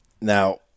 Now